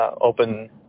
open